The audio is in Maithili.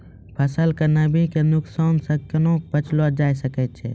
फसलक नमी के नुकसान सॅ कुना बचैल जाय सकै ये?